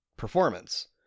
Performance